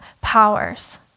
powers